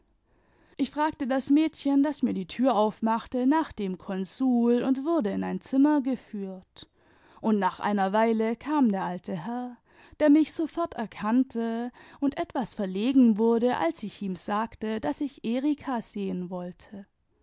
ich fragte das mädchen das mir die tür aufmachte nach dem konsul und wurde in ein zimmer geführt und nach einer weile kam der alte herr der mich sofort erkannte und etwas verlegen wurde als ich ihm sagte daß ich erika sehen wollte